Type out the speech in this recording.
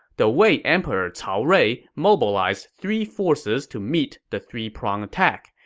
the wei emperor cao rui mobilized three forces to meet the three-pronged attack.